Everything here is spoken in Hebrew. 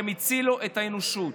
שהצילו את האנושות.